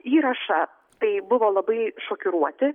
įrašą tai buvo labai šokiruoti